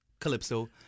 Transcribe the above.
Calypso